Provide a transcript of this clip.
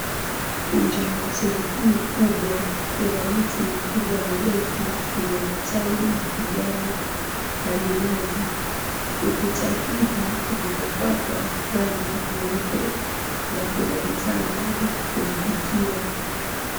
Inje ya hoteli hii kubwa kuna miti mikubwa mirefu yenye matawi ya kijani la minazi. Ukuta hizi zimepakwa rangi nyeupe na kuna vitanda za kumpumzikia.